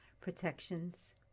protections